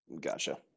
gotcha